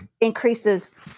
increases